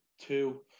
two